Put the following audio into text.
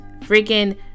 freaking